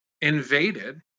invaded